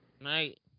Night